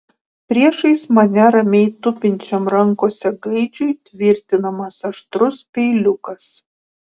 priešais mane ramiai tupinčiam rankose gaidžiui tvirtinamas aštrus peiliukas